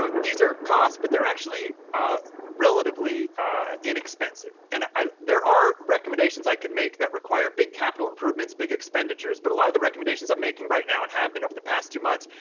so these are costs, but they're actually relatively inexpensive, and there are recommendations i could make that require big capital improvements, big expenditures. but a lot of the recommendations i'm making right now, and have been over the past few months,